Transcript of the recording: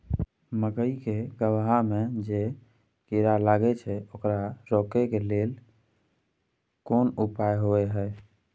मकई के गबहा में जे कीरा लागय छै ओकरा रोके लेल कोन उपाय होय है?